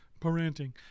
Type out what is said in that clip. parenting